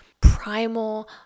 primal